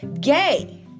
gay